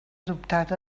adoptat